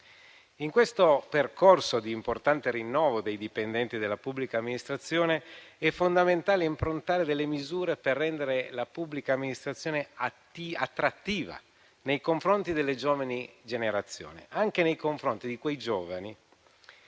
In questo percorso di importante rinnovo dei dipendenti della pubblica amministrazione è fondamentale approntare misure per renderla attrattiva nei confronti delle giovani generazioni e anche nei confronti di quei giovani